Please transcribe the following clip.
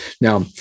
Now